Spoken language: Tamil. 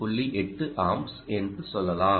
8 ஆம்ப்ஸ் என்று சொல்லலாம்